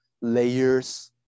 layers